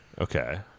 Okay